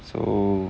so